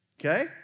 Okay